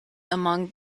among